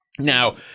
Now